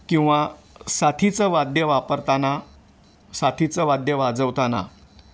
किंवा साथीचं वाद्य वापरताना साथीचं वाद्य वाजवताना